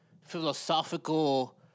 philosophical